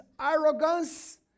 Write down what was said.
arrogance